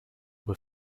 were